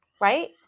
right